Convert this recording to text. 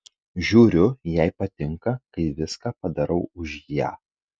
žiūriu jai patinka kai viską padarau už ją